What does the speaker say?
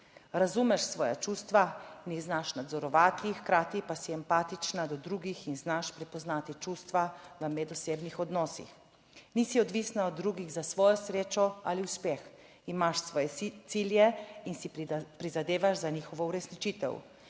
Razumeš svoja čustva in jih znaš nadzorovati, hkrati pa si empatična do drugih in znaš prepoznati čustva v medosebnih odnosih. Nisi odvisna od drugih, za svojo srečo ali uspeh imaš svoje cilje in si prizadevaš za njihovo uresničitev.